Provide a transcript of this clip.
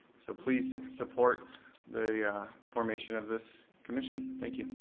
so please support the formation of this commission, thank you.